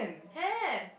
have